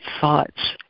thoughts